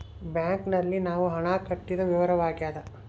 bank ನಲ್ಲಿ ನಾವು ಹಣ ಕಟ್ಟಿದ ವಿವರವಾಗ್ಯಾದ